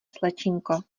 slečinko